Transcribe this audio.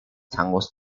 tangos